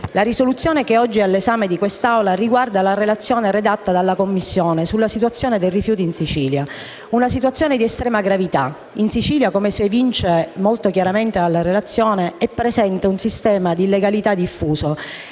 La risoluzione che oggi è all'esame di quest'Assemblea riguarda la relazione redatta dalla Commissione sulla situazione dei rifiuti in Sicilia, che è di estrema gravità. In Sicilia - come si evince molto chiaramente dalla relazione - è presente un diffuso